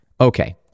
okay